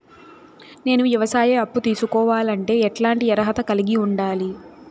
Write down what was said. నేను వ్యవసాయ అప్పు తీసుకోవాలంటే ఎట్లాంటి అర్హత కలిగి ఉండాలి?